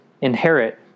inherit